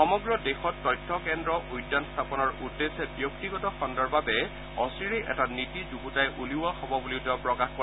সমগ্ৰ দেশত তথ্য কেন্দ্ৰ উদ্যান স্থাপনৰ উদ্দেশ্যে ব্যক্তিগত খণুৰ বাবে অচিৰেই এটা নীতি যুগুতাই উলিওৱা হব বুলিও তেওঁ প্ৰকাশ কৰে